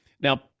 Now